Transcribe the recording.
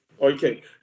Okay